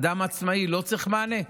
אדם עצמאי לא צריך מענה?